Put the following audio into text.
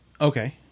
Okay